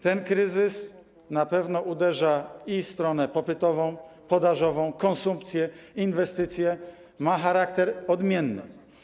Ten kryzys na pewno uderza w stronę popytową, podażową, konsumpcję, inwestycje, ma charakter odmienny.